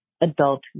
adult